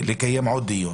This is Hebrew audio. לקיים עוד דיון.